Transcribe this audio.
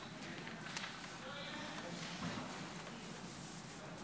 זה הטבה כלכלית, הטבה למילואימניקים בעלי